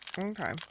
Okay